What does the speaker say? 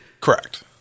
Correct